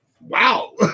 wow